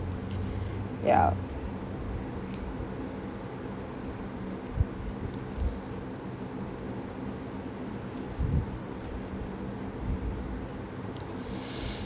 ya